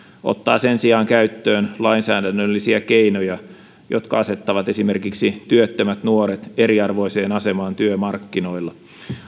ottaa sen sijaan käyttöön lainsäädännöllisiä keinoja jotka asettavat esimerkiksi työttömät nuoret eriarvoiseen asemaan työmarkkinoilla